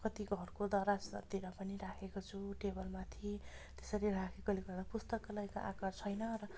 कति घरको दराजहरूतिर पनि राखेको छु टेबल माथि त्यसरी राखेकोले गर्दा पुस्तकालयको आकार छैन र